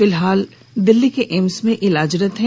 फिलहाल वे दिल्ली के एम्स में इलाजरत हैं